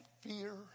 fear